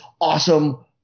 awesome